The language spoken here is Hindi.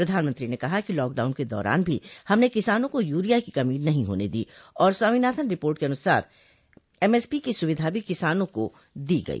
प्रधानमंत्री ने कहा कि लाकडाउन के दौरान भी हमने किसानों को यूरिया की कमी नहीं होने दी और स्वामीनाथन रिपोर्ट के अनुसार एमएसपी की सुविधा भी किसानों को दी गई